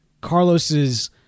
Carlos's